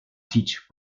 teach